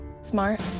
smart